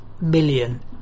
million